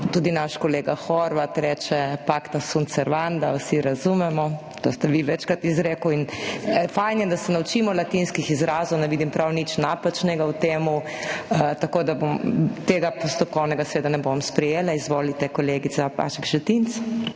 Tudi naš kolega Horvat reče »pacta sunt servanda«, vsi razumemo, to ste vi večkrat izrekli. In dobro je, da se naučimo latinskih izrazov, ne vidim prav nič napačnega v tem. Tako tega postopkovnega seveda ne bom sprejela. Izvolite, kolegica Šetinc